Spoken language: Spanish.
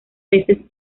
peces